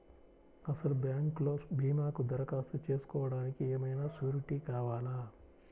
అసలు బ్యాంక్లో భీమాకు దరఖాస్తు చేసుకోవడానికి ఏమయినా సూరీటీ కావాలా?